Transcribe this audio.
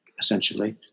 essentially